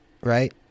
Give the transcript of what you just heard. right